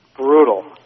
Brutal